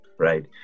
Right